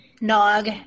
Nog